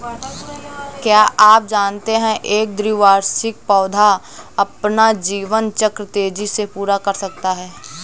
क्या आप जानते है एक द्विवार्षिक पौधा अपना जीवन चक्र तेजी से पूरा कर सकता है?